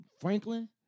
Franklin